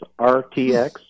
RTX